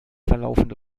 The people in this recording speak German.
verlaufende